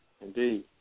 indeed